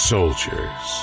Soldiers